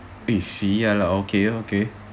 eh !siala! okay okay